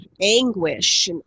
anguish